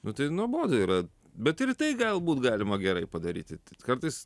nu tai nuobodu yra bet ir tai galbūt galima gerai padaryti kartais